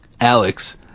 Alex